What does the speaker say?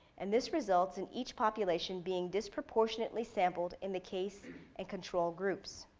and this results in each population being disproportionately sampled in the case and control groups.